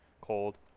cold